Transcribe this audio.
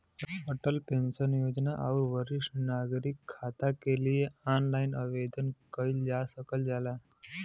Atal pension Yojana आउर वरिष्ठ नागरिक खाता के लिए ऑनलाइन आवेदन कइल जा सकल जाला